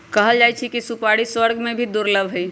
कहल जाहई कि सुपारी स्वर्ग में भी दुर्लभ हई